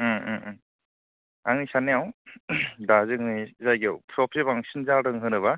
आंनि साननायाव दा जोंनि जायगायाव सबसे बांसिन जादों होनोब्ला